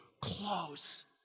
close